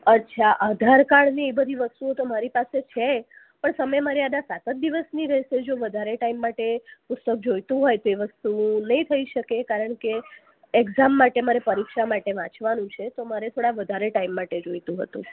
અચ્છા આધાર કાર્ડ ને એ બધી વસ્તુઓ તો મારી પાસે છે પણ સમય મર્યાદા સાત જ દિવસની રહશે જો વધારે ટાઇમ માટે પુસ્તક જોઈતું હોય તે વસ્તુ નહીં થઈ શકે કારણકે એક્મઝામ માટે મારે પરીક્ષા માટે વાંચવાનું છે તો મારે થોડા વધારે ટાઇમ માટે જોઈતું હતું